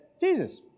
Jesus